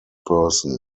person